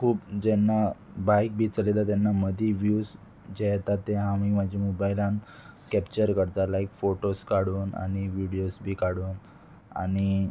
खूब जेन्ना बायक बी चलयता तेन्ना मदीं व्यूज जे येता ते आमी म्हाज्या मोबायलान कॅप्चर करता लायक फोटोज काडून आनी व्हिडियोज बी काडून आनी